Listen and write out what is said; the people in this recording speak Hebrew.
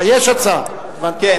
יש הצעה, הבנתי.